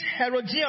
Herodion